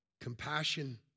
Compassion